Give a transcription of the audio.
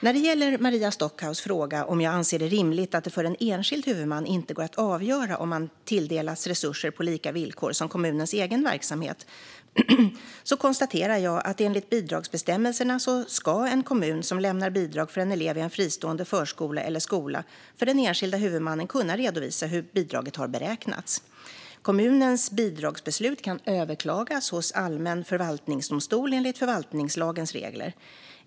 När det gäller Maria Stockhaus fråga om jag anser det rimligt att det för en enskild huvudman inte går att avgöra om man tilldelats resurser på lika villkor som kommunens egen verksamhet, så konstaterar jag att enligt bidragsbestämmelserna så ska en kommun som lämnar bidrag för en elev i en fristående förskola eller skola för den enskilde huvudmannen kunna redovisa hur bidraget har beräknats. Kommunens bidragsbeslut kan överklagas hos allmän förvaltningsdomstol enligt förvaltningslagens regler.